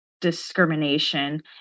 discrimination